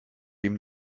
ihm